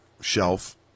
shelf